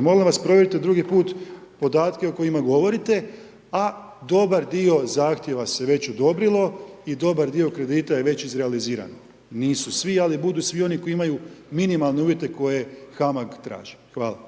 molim vas provjerite drugi put podatke o kojima govorite a dobar dio zahtjeva se već odobrilo i dobar dio kredita je već iz realiziran, nisu svi, ali budu svi oni koji imaju minimalne uvjete koje kamate traži. Hvala. **Jandroković,